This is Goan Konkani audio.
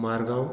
मार्गांव